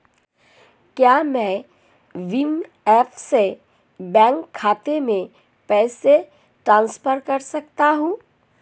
क्या मैं भीम ऐप से बैंक खाते में पैसे ट्रांसफर कर सकता हूँ?